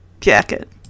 jacket